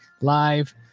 live